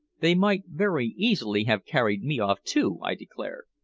they might very easily have carried me off too, i declared.